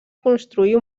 construir